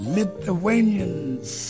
Lithuanians